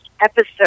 episode